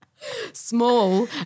Small